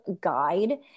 Guide